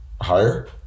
higher